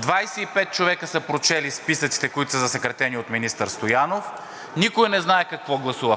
25 човека са прочели списъците, които са засекретени от министър Стоянов, никой в тази зала не знае какво гласува,